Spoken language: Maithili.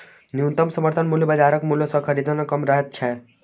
न्यूनतम समर्थन मूल्य बाजारक मूल्य सॅ सदिखन कम रहैत छै